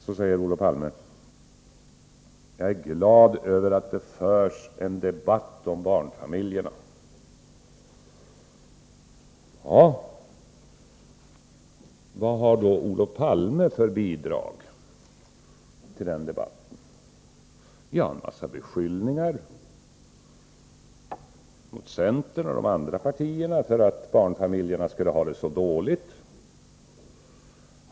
Sedan säger Olof Palme: Jag är glad över att det förs en debatt om barnfamiljerna. Men vad har då Olof Palme för bidrag till den debatten? Det är en massa beskyllningar mot centern och de andra partierna för att barnfamiljerna skulle ha det så dåligt.